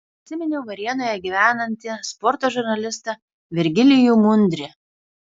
prisiminiau varėnoje gyvenantį sporto žurnalistą virgilijų mundrį